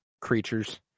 creatures